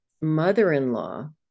mother-in-law